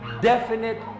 definite